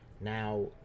now